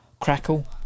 crackle